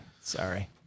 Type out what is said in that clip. Sorry